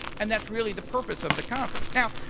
and that's really the purpose of the conference. now,